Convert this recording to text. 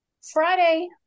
Friday